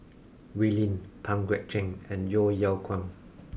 Wee Lin Pang Guek Cheng and Yeo Yeow Kwang